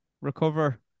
recover